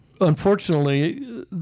unfortunately